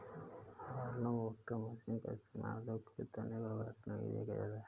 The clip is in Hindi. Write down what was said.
हॉलम टोपर मशीन का इस्तेमाल आलू के तने को काटने के लिए किया जाता है